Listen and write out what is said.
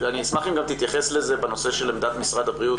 אני אשמח אם גם תתייחס לזה בנושא של עמדת משרד הבריאות,